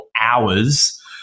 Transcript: hours